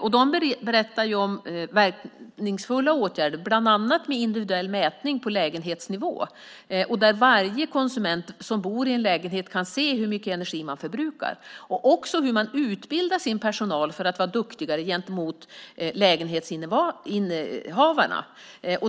Man berättade om verkningsfulla åtgärder, bland annat individuell mätning på lägenhetsnivå där varje konsument som bor i en lägenhet kan se hur mycket energi man förbrukar. Man berättade också om hur man utbildar sin personal i att vara duktigare gentemot lägenhetsinnehavarna.